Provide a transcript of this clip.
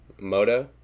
moto